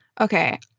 okay